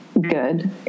good